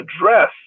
address